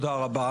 תודה רבה.